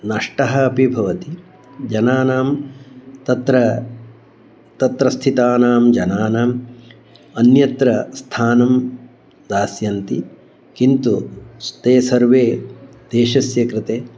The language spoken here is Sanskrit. नष्टः अपि भवति जनानां तत्र तत्र स्थितानां जनानाम् अन्यत्र स्थानं दास्यन्ति किन्तु ते सर्वे देशस्य कृते